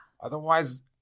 Otherwise